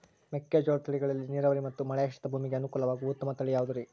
ಮೆಕ್ಕೆಜೋಳದ ತಳಿಗಳಲ್ಲಿ ನೇರಾವರಿ ಮತ್ತು ಮಳೆಯಾಶ್ರಿತ ಭೂಮಿಗೆ ಅನುಕೂಲವಾಗುವ ಉತ್ತಮ ತಳಿ ಯಾವುದುರಿ?